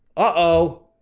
oh,